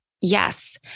Yes